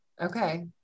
Okay